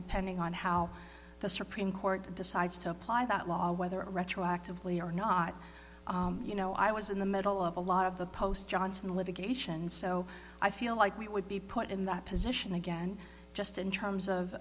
depending on how the supreme court decides to apply that law whether retroactively or not you know i was in the middle of a lot of the post johnson litigation so i feel like we would be put in that position again just in terms of